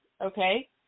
okay